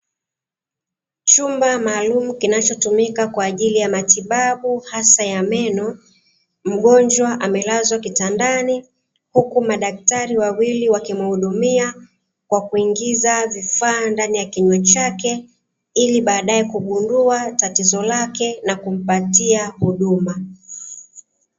Chumba maalumu kinachotumika kwa ajili ya matibabu hasa ya meno. Mgonjwa amelazwa kitandani huku madaktari wawili wakimuhudumia kwa kuingiza vifaa ndani ya kinywa chake ili baadae kugundua tatizo lake na kumpatia huduma.